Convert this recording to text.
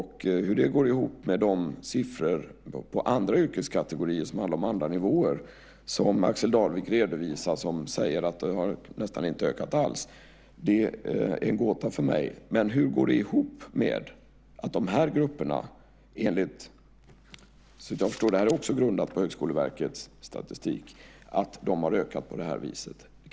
Hur det går ihop med de siffror Axel Darvik redovisar för andra yrkeskategorier som handlar om andra nivåer och som säger att det nästan inte har ökat alls är en gåta för mig. Hur går det ihop med att de här grupperna - såvitt jag förstår är detta också grundat på Högskoleverkets statistik - har ökat på det här viset?